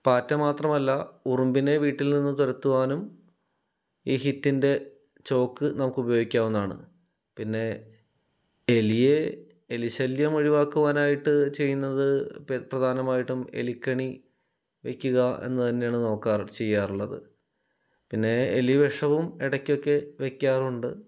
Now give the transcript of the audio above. പാറ്റ മാത്രമല്ല ഉറുമ്പിനെ വീട്ടിൽ നിന്ന് തുരത്തുവാനും ഈ ഹിറ്റിന്റെ ചോക്ക് നമുക്ക് ഉപയോഗിക്കാവുന്നതാണ് പിന്നെ എലിയെ എലിശല്യം ഒഴിവാക്കുവാനായിട്ട് ചെയ്യുന്നത് ഇപ്പോൾ പ്രധാനമായിട്ടും എലിക്കെണി വെയ്ക്കുക എന്ന് തന്നെയാണ് നോക്കാറ് ചെയ്യാറുള്ളത് പിന്നെ എലിവിഷവും ഇടക്കൊക്കെ വെക്കാറുണ്ട്